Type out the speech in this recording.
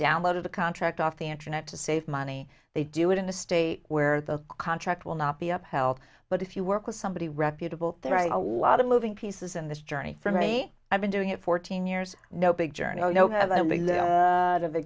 downloaded the contract off the internet to save money they do it in a state where the contract will not be upheld but if you work with somebody reputable there are a lot of moving pieces in this journey for me i've been doing it fourteen years no big journ